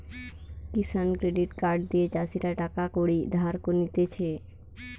কিষান credit card দিয়ে চাষীরা টাকা কড়ি ধার নিতেছে